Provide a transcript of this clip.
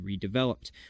redeveloped